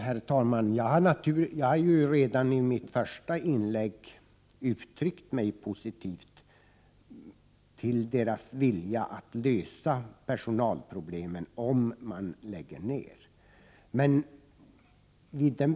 Herr talman! Jag har redan i mitt första inlägg uttryckt mig positivt till SSAB:s vilja att lösa personalproblemen om man lägger ner verksamheten.